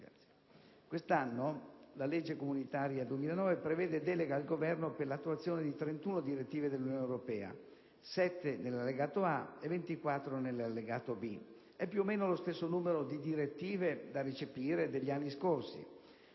Quest'anno la legge comunitaria 2009 prevede delega al Governo per l'attuazione di 31 direttive dell'Unione europea, 7 nell'Allegato A e 24 nell'Allegato B. È più o meno lo stesso numero di direttive da recepire degli anni scorsi,